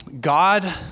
God